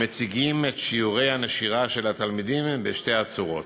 מציגים את שיעורי הנשירה של התלמידים בשתי הצורות: